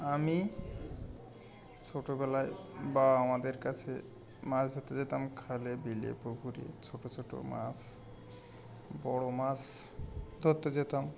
আমি ছোটোবেলায় বা আমাদের কাছে মাছ ধরতে যেতাম খালে বিলে পুকুরে ছোটো ছোটো মাছ বড় মাছ ধরতে যেতাম